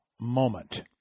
moment